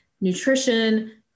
nutrition